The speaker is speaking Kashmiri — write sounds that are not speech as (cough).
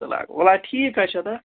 (unintelligible) ولا ٹھیٖک ہہ چھِ تہٕ